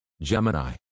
Gemini